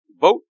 vote